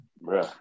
Bro